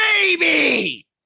baby